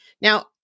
Now